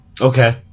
okay